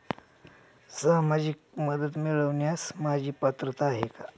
सामाजिक मदत मिळवण्यास माझी पात्रता आहे का?